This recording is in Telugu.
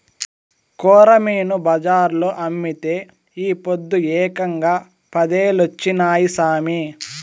కొరమీను బజార్లో అమ్మితే ఈ పొద్దు ఏకంగా పదేలొచ్చినాయి సామి